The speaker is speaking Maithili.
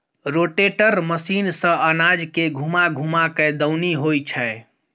रोटेटर मशीन सँ अनाज के घूमा घूमा कय दऊनी होइ छै